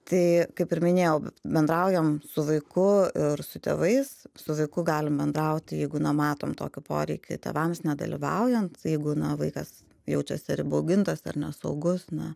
tai kaip ir minėjau bendraujam su vaiku ir su tėvais su vaiku galim bendrauti jeigu na matom tokį poreikį tėvams nedalyvaujant jeigu vaikas jaučiasi ar įbaugintas ar nesaugus na